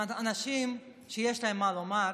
אנשים שיש להם מה לומר,